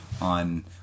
on